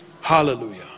hallelujah